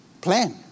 plan